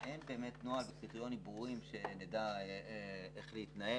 אכן אין באמת נוהל וקריטריונים ברורים שיאפשרו לנו לדעת איך להתנהל.